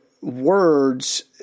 words